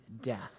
death